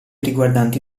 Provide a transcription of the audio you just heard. riguardanti